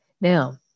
Now